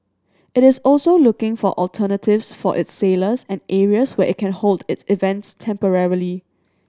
it is also looking for alternatives for its sailors and areas where it can hold its events temporarily